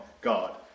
God